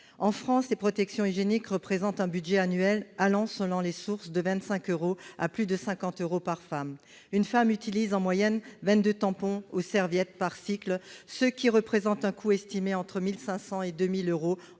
En France, les protections hygiéniques représentent un budget annuel allant, selon les sources, de 25 euros à plus de 50 euros par femme. Une femme utilise en moyenne 22 tampons ou serviettes par cycle, ce qui représente un coût estimé entre 1 500 euros